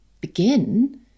begin